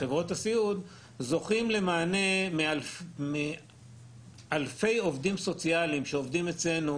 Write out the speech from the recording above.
זוכים למענה מאלפי עובדים סוציאליים שעובדים אצלנו